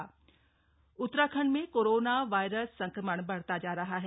Covid update Uttarakhand में coronavirus संक्रमण बढ़ता जा रहा है